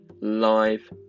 live